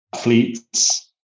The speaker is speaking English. fleets